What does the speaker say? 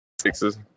sixes